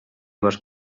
les